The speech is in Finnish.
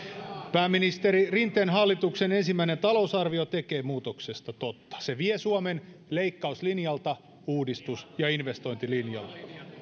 pääministeri rinteen hallituksen ensimmäinen talousarvio tekee muutoksesta totta se vie suomen leikkauslinjalta uudistus ja investointilinjalle